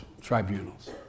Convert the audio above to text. tribunals